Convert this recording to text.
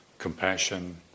compassion